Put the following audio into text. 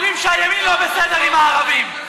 אומרים שהימין לא בסדר עם הערבים.